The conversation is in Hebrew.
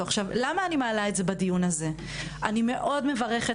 אני מעלה את זה בדיון הזה כי אני מאוד מברכת